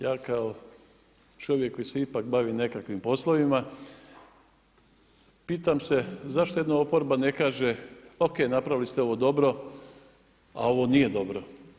Ja kao čovjek koji se ipak bavi nekakvim poslovima pitam se zašto jedna oporba ne kaže ok, napravili ste ovo dobro, a ovo nije dobro.